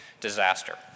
disaster